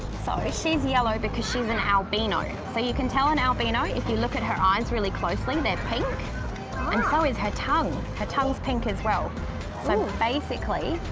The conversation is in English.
so, she's yellow because she's an albino. so you can tell an albino if you look at her eyes really closely, they're pink, and so is her tongue. her tongue's pink as well. so um basically,